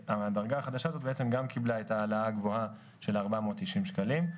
הדרגה החדשה הזאת בעצם גם קיבלה את ההעלאה הגבוהה של ה-490 שקלים.